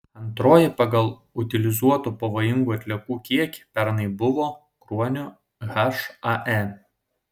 antroji pagal utilizuotų pavojingų atliekų kiekį pernai buvo kruonio hae